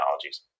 technologies